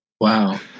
Wow